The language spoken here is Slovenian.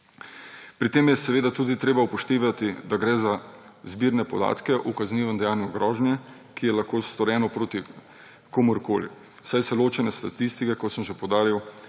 Pri tem je seveda treba upoštevati tudi, da gre za zbirne podatke o kaznivem dejanju grožnje, ki je lahko storjeno proti komurkoli, saj se ločene statistike, kot sem že poudaril,